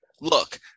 Look